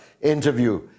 interview